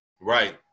Right